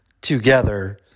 together